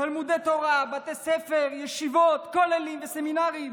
תלמודי תורה, בתי ספר, כוללים וסמינרים,